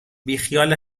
بیخیال